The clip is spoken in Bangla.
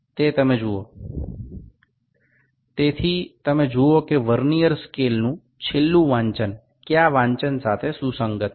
সুতরাং আপনি দেখতে পাচ্ছেন যে ভার্নিয়ার স্কেলের সর্বশেষ পাঠটি কোন পাঠের সাথে মিলছে